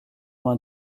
vingt